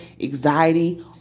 anxiety